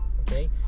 okay